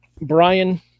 Brian